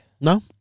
No